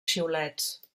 xiulets